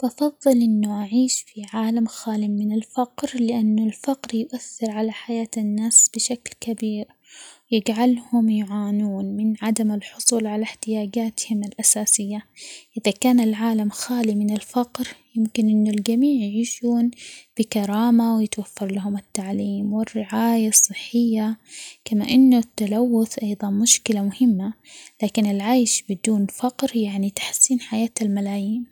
بفظل إنه أعيش في عالم خالي من الفقر؛ لأن الفقر يؤثر على حياة الناس بشكل كبير ، ويجعلهم يعانون من عدم الحصول على احتياجاتهم الأساسية ،إذا كان العالم خالي من الفقر يمكن إنه الجميع يعيشون بكرامة ،ويتوفر لهم التعليم ،والرعاية الصحية ،كما إنه التلوث أيضًا مشكلة مهمة، لكن العيش بدون فقر يعني تحسين حياة الملايين.